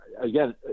again